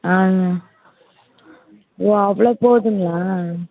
ஆ ஓ அவ்வளோ போகுதுங்களா